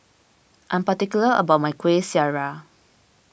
I am particular about my Kueh Syara